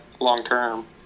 long-term